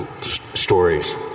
stories